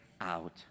out